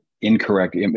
incorrect